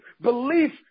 Belief